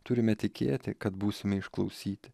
turime tikėti kad būsime išklausyt